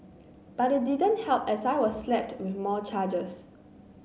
but it didn't help as I was slapped with more charges